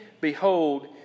Behold